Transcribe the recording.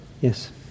Yes